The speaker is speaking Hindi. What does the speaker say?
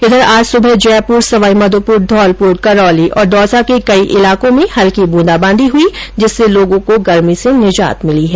उधर आज सुबह जयपुर सवाईमाधोपुर धौलपुर करौली और दौसा के कई इलाकों में हल्की बूंदाबांदी हुई जिससे लोगो को गर्मी से निजात मिली है